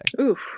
Oof